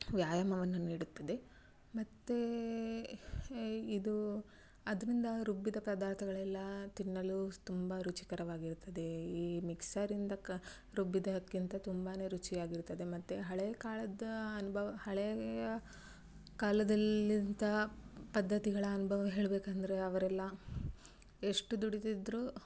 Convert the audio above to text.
ವ್ಯಾಯಾಮವನ್ನು ನೀಡುತ್ತದೆ ಮತ್ತು ಎ ಇದು ಅದರಿಂದ ರುಬ್ಬಿದ ಪದಾರ್ಥಗಳೆಲ್ಲ ತಿನ್ನಲು ತುಂಬ ರುಚಿಕರವಾಗಿರುತ್ತದೆ ಈ ಮಿಕ್ಸರಿಂದ ಕ ರುಬ್ಬಿದ್ದಕ್ಕಿಂತ ತುಂಬಾ ರುಚಿಯಾಗಿರುತ್ತದೆ ಮತ್ತು ಹಳೆ ಕಾಲದ ಅನುಭವ ಹಳೆಯ ಕಾಲದಲ್ಲಿಂತಹ ಪದ್ದತಿಗಳ ಅನುಭವ ಹೇಳಬೇಕಂದ್ರೆ ಅವರೆಲ್ಲ ಎಷ್ಟು ದುಡೀತಿದ್ದರು